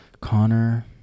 Connor